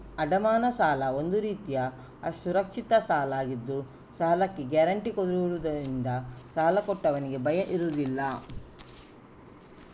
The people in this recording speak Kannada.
ಅಡಮಾನ ಸಾಲ ಒಂದು ರೀತಿಯ ಸುರಕ್ಷಿತ ಸಾಲ ಆಗಿದ್ದು ಸಾಲಕ್ಕೆ ಗ್ಯಾರಂಟಿ ಕೊಡುದ್ರಿಂದ ಸಾಲ ಕೊಟ್ಟವ್ರಿಗೆ ಭಯ ಇರುದಿಲ್ಲ